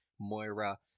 Moira